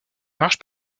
marges